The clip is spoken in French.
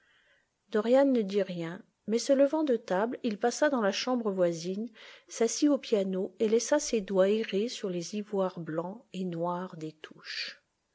dorian ne dit rien mais se levant de table il passa dans la chambre voisine s'assit au piano et laissa ses doigts errer sur les ivoires blancs et noirs des touches